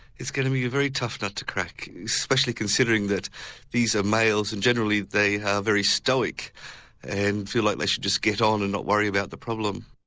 it's going to be a very tough nut to crack especially considering that these are males and generally they are very stoic and feel like they should just get on and not worry about the problem.